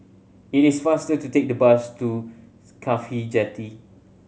it is faster to take the bus to CAFHI Jetty